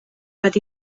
bat